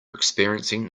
experiencing